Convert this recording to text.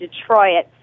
Detroit